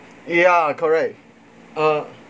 ya correct uh